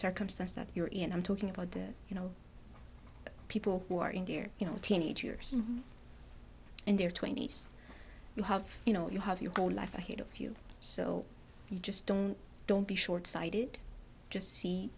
circumstance that you're in i'm talking about you know people who are in their you know teenagers in their twenty's who have you know you have your whole life ahead of you so you just don't don't be shortsighted just see